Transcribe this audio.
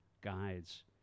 guides